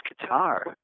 guitar